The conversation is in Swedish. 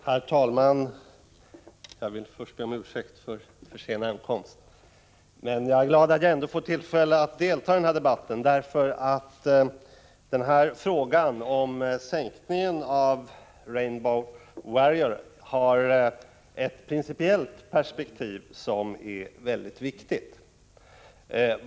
Herr talman! Jag är glad att jag får tillfälle att delta i denna debatt. Frågan om sänkningen av Rainbow Warrior har ett principiellt perspektiv som är mycket viktigt.